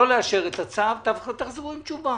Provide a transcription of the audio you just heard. לא לאשר את הצו ותחזרו עם תשובה.